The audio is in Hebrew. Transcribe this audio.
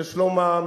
לשלומם,